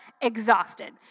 exhausted